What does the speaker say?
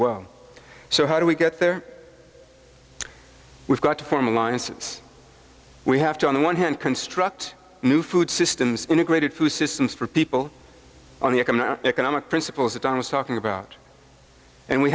well so how do we get there we've got to form alliances we have to on the one hand construct new food systems integrated food systems for people on the economic principles that i was talking about and we